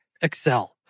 Excel